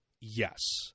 Yes